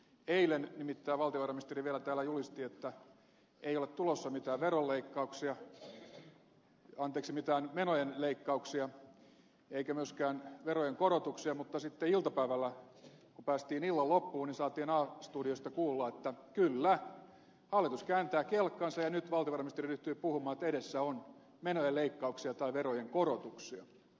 eilen nimittäin valtiovarainministeri vielä täällä julisti että ei ole tulossa mitään menojen leikkauksia eikä myöskään verojen korotuksia mutta sitten iltapäivällä kun päästiin illan loppuun saatiin a studiosta kuulla että kyllä hallitus kääntää kelkkansa ja nyt valtiovarainministeri ryhtyy puhumaan että edessä on menojen leikkauksia tai verojen korotuksia